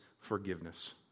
forgiveness